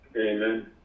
Amen